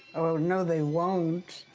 oh, no, they won't.